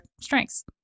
strengths